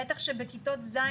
בטח בכיתות ז',